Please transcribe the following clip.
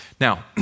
Now